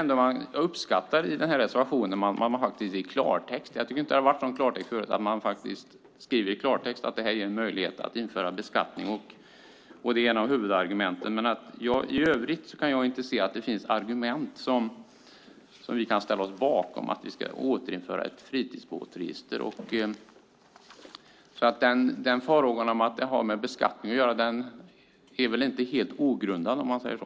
Jag uppskattar att man i reservationen i klartext skriver - förut tycker jag inte att det varit klartext - att det här ger en möjlighet att införa en beskattning. Det är ett av huvudargumenten. I övrigt kan jag inte se att det finns argument som vi kan ställa oss bakom när det gäller att återinföra ett fritidsbåtsregister. Farhågan att det hela har med beskattning att göra är väl inte helt ogrundad om man säger så.